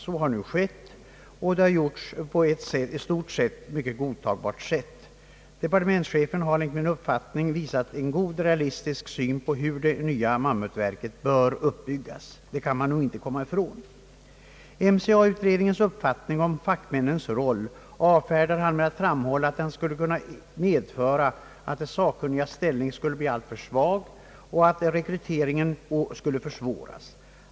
Så har nu skett, och det har gjorts på ett i stort sett godtagbart sätt. Departementschefen har enligt min uppfattning visat en god realistisk syn på hur det nya mammutverket bör uppbyggas. MCA-utredningens uppfattning om fackmännens roll avfärdar departementschefen med att framhålla att den skulle kunna medföra att de sakkunnigas ställning skulle bli alltför svag och att rekryteringen skulle försvåras.